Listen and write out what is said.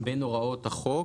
בין הוראות החוק